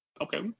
Okay